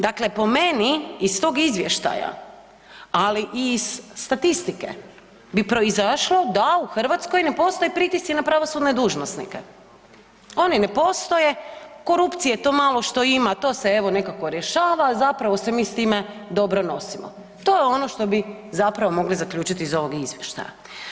Dakle, po meni iz tog izvještaja, ali i iz statistike bi proizašlo da u Hrvatskoj ne postoje pritisci na pravosudne dužnosnike, oni ne postoje, korupcije to malo što ima to se evo nekako rješava, a zapravo se mi s time dobro nosimo, to je ono što bi zapravo mogli zaključiti iz ovog izvještaja.